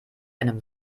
einem